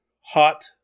Hot